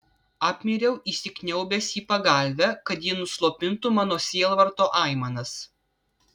apmiriau įsikniaubęs į pagalvę kad ji nuslopintų mano sielvarto aimanas